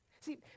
See